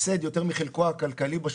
כמו שאין הורשה של הפסדים לצורכי מס,